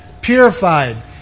purified